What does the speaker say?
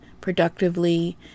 productively